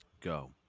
Go